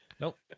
Nope